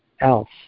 else